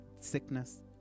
sickness